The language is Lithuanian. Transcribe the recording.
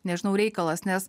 nežinau reikalas nes